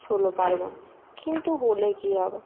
ষোলো পার্বণ কিন্তু হলে কি হবে